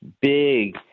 big